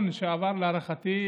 שעבר, להערכתי,